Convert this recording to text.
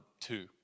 two